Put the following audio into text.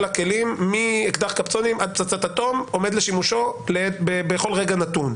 הכלים מאקדח קפצונים עד פצצת אטום לשימושו בכל רגע נתון.